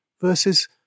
Verses